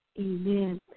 amen